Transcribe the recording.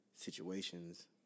situations